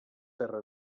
terra